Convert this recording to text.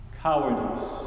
cowardice